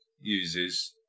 uses